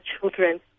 children